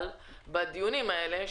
בכלל חלק בדיונים האלה,